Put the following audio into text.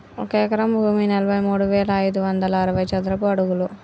ఒక ఎకరం భూమి నలభై మూడు వేల ఐదు వందల అరవై చదరపు అడుగులు